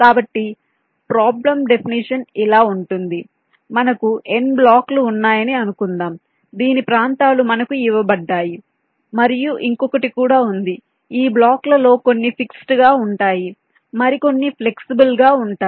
కాబట్టి problem definition ఇలా ఉంటుంది మనకు n బ్లాక్లు ఉన్నాయని అనుకుందాం దీని ప్రాంతాలు మనకు ఇవ్వబడ్డాయి మరియు ఇంకోటి కూడా ఉంది ఈ బ్లాక్లలో కొన్ని ఫిక్స్డ్ గా ఉంటాయి మరికొన్నిఫ్లెక్సిబుల్ గ ఉంటాయి